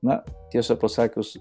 na tiesą pasakius